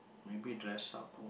maybe dress up